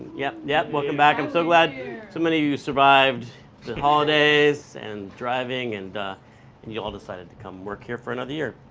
yeah, yeah, welcome back. i'm so glad some of you survived the holidays and driving and and you all decided to come work here for another year.